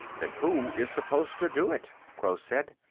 then who is supposed to do it? gross said.